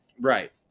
Right